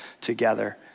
together